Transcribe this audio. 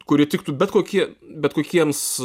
kuri tiktų bet kokie bet kokiems